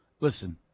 Listen